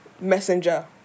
messenger